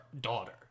daughter